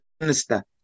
minister